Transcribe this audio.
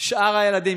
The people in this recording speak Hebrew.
שאר הילדים,